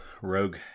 Rogue